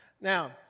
Now